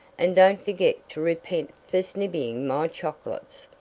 and don't forget to repent for snibbying my chocolates.